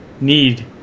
need